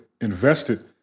invested